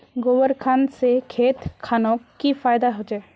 गोबर खान से खेत खानोक की फायदा होछै?